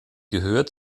gehört